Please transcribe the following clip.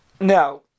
now